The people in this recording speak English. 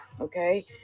Okay